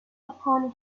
upon